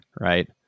right